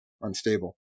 unstable